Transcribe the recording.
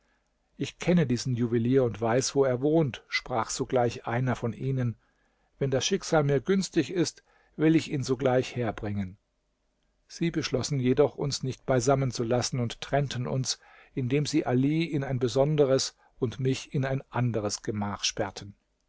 ich kenne diesen juwelier und weiß wo er wohnt sprach sogleich einer von ihnen wenn das schicksal mir günstig ist will ich ihn sogleich herbringen sie beschlossen jedoch uns nicht beisammen zu lassen und trennten uns indem sie ali in ein besonderes und mich in ein anderes gemach sperrten